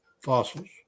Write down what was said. fossils